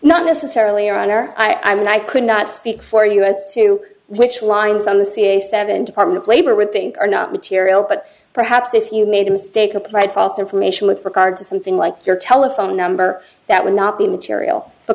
not necessarily your honor i mean i could not speak for us to which lines on the cia seven department of labor would think are not material but perhaps if you made a mistake applied false information with regard to something like your telephone number that would not be material the